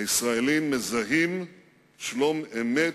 הישראלים מזהים שלום-אמת